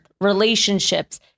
relationships